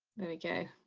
there we go.